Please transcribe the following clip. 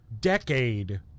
decade